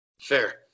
Fair